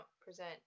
present